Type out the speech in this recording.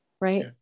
Right